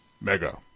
Mega